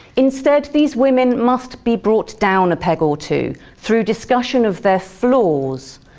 instead, these women must be brought down a peg or two through discussion of their flaws,